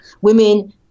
women